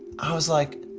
i was like